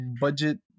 budget